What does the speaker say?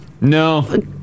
No